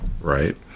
right